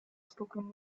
spoken